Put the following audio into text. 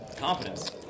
Confidence